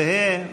זהה,